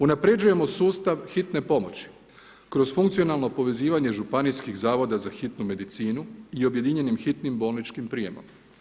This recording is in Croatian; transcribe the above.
Unapređujemo sustav hitne pomoći kroz funkcionalno povezivanje županijskih zavoda za hitnu medicinu i objedinjenim hitnim bolničkim prijemom.